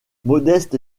modeste